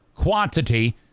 Quantity